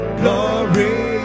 glory